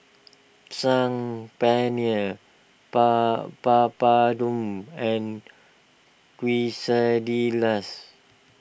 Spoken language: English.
Saag Paneer ba Papadum and Quesadillas